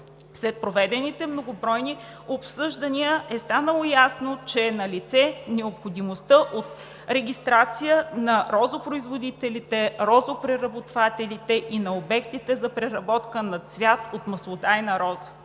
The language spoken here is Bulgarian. След проведените многобройни обсъждания е станало ясно, че е налице необходимостта от регистрация на розопроизводителите, розопреработвателите и на обектите за преработка на цвят от маслодайна роза,